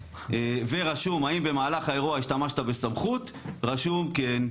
ורשום האם במהלך האירוע השתמשת בסמכות, רשום כן.